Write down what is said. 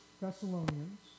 Thessalonians